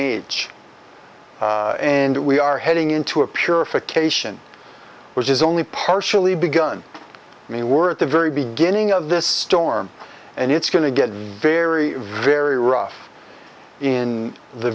age and we are heading into a purification which is only partially begun i mean we're at the very beginning of this storm and it's going to get very very rough in the